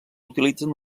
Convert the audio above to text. utilitzen